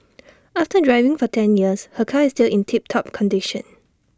after driving for ten years her car is still in tip top condition